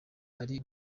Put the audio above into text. ari